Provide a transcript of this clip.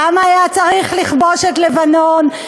למה היה צריך לכבוש את לבנון?